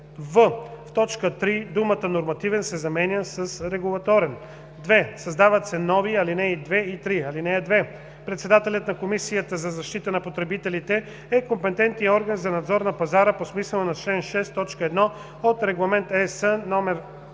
в) в т. 3 думата „нормативен“ се заменя с „регулаторен“. 2. Създават се нови ал. 2 и 3: „(2) Председателят на Комисията за защита на потребителите е компетентният орган за надзор на пазара по смисъла на чл. 6, т. 1 от Регламент (ЕС) №